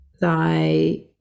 thy